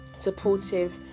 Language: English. Supportive